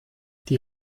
die